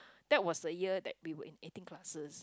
that was the year that we were in eighteen classes